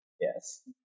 Yes